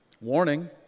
Warning